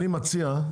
אני מציע,